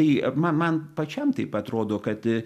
tai man man pačiam taip atrodo kad